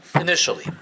initially